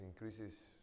increases